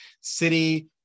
city